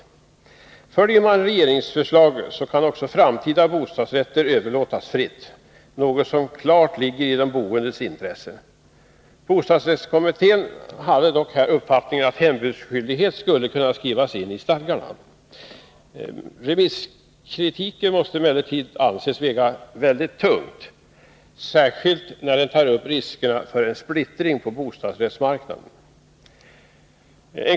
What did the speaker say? Följer man regeringsförslaget så kan också framtida bostadsrätter överlåtas fritt — något som klart ligger i de boendes intresse. Bostadsrättskommittén hade dock här uppfattningen att hembudsskyldighet skulle kunna skrivas in i stadgarna. Remisskritiken måste emellertid anses väga tungt — särskilt när den tar upp riskerna för en splittring på bostadsrättsmarknaden.